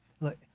Look